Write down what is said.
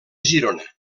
girona